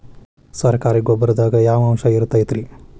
ಸರಕಾರಿ ಗೊಬ್ಬರದಾಗ ಯಾವ ಅಂಶ ಇರತೈತ್ರಿ?